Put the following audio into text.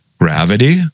gravity